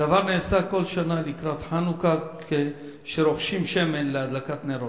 הדבר נעשה כל שנה לקראת חנוכה כשרוכשים שמן להדלקת נרות.